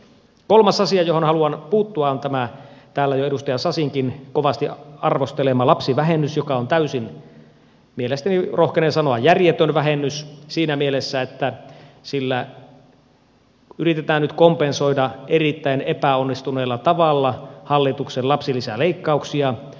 kolmas asia johon haluan puuttua on tämä täällä jo edustaja sasinkin kovasti arvostelema lapsivähennys joka on mielestäni täysin rohkenen sanoa järjetön vähennys siinä mielessä että sillä yritetään nyt kompensoida erittäin epäonnistuneella tavalla hallituksen lapsilisäleikkauksia